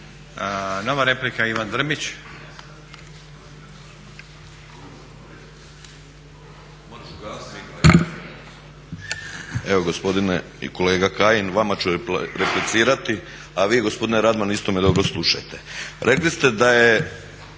Nova replika, Ivan Drmić.